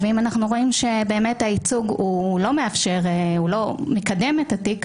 ואם אנחנו רואים שבאמת הייצוג לא מאפשר לקדם את התיק,